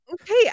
Okay